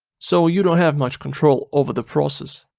so you don't have much control over the process.